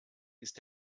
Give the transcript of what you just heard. ist